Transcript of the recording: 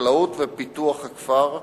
החקלאות ופיתוח הכפר,